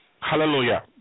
Hallelujah